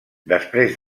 després